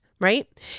right